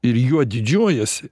ir juo didžiuojasi